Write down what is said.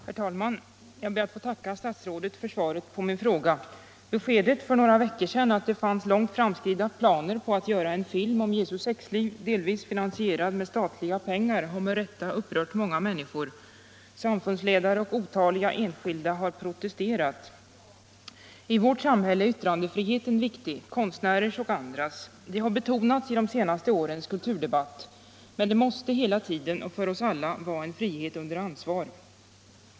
Herr talman! Jag ber att få tacka statsrådet för svaret på min fråga. Beskedet för några veckor sedan att det fanns långt framskridna planer på att göra en film om Jesu sexliv, delvis finansierad med statliga pengar, har med rätta upprört många människor. Samfundsledare och otaliga enskilda människor har protesterat. I vårt samhälle är yttrandefriheten viktig, konstnärers och andras. Det har betonats i de senaste årens kulturdebatt. Men det måste hela tiden och för oss alla vara en frihet under ansvar.